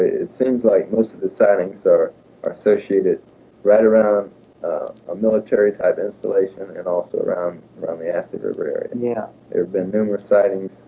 it seems like most of the sightings are are associated right around a ah military type installation and also around around the ashley river area and yeah there's been numerous sightings